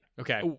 Okay